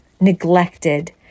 neglected